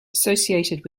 associated